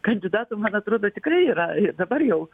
kandidatų man atrodo tikrai yra ir dabar jau